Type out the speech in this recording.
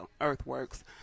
earthworks